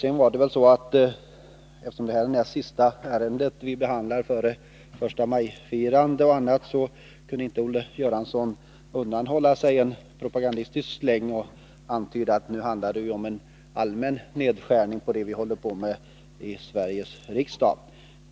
Eftersom detta är det näst sista ärendet som vi behandlar före förstamajfirandet, kunde Olle Göransson inte undanhålla kammaren en propagandistisk släng. Han antydde att det handlar om en allmän nedskärning av den typ vi håller på med i Sveriges riksdag.